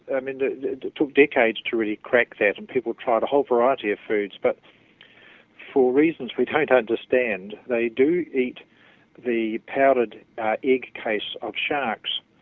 um and it took decades to really crack that, and people tried a whole variety of foods, but for reasons we don't understand they do eat the powdered egg case of sharks.